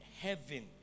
heaven